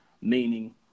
meaning